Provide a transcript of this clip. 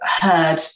heard